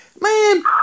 Man